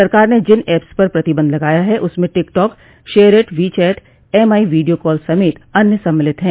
सरकार ने जिन एप्स पर प्रतिबंध लगाया है उसमें TikTok SHAREit WeChat Mi video call समेत अन्य सम्मिलित हैं